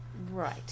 Right